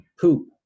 poop